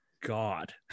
God